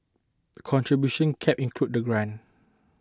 contribution caps include the grant